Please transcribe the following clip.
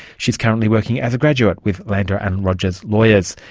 she is currently working as a graduate with landers and rogers lawyers.